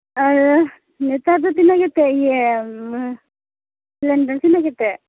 ᱱᱮᱛᱟᱨ ᱫᱚ ᱛᱤᱱᱟᱹᱜ ᱠᱟᱛᱮ ᱤᱭᱟᱹ ᱢᱟᱱᱮ ᱥᱤᱞᱤᱱᱰᱟᱨ ᱛᱤᱱᱟᱹᱜ ᱠᱟᱛᱮ